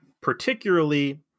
particularly